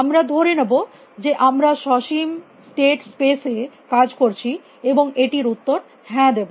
আমরা ধরে নেব যে আমরা সসীম স্টেট স্পেস এ কাজ করছি এবং এটির উত্তর হ্যাঁ দেব